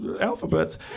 alphabets